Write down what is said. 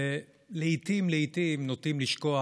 שלעיתים, לעיתים, נוטים לשכוח